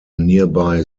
nearby